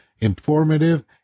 informative